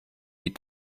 die